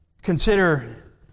Consider